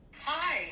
Hi